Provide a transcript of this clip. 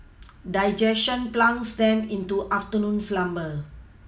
digestion plunges them into afternoon slumber